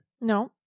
No